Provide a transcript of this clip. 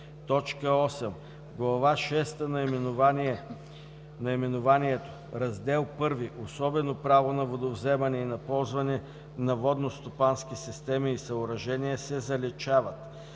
8. В глава шеста наименованието „Раздел I – Особено право на водовземане и на ползване на водностопански системи и съоръжения“ се заличава.